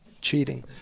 cheating